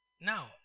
Now